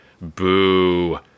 Boo